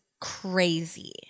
crazy